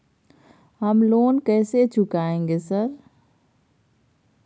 हम लोन कैसे चुकाएंगे सर?